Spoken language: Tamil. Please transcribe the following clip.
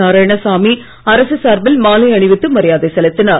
நாராயணசாமி அரசு சார்பில் மாலை அணிவித்து மரியாதை செலுத்தினார்